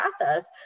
process